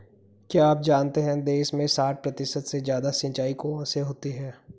क्या आप जानते है देश में साठ प्रतिशत से ज़्यादा सिंचाई कुओं से होती है?